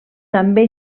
també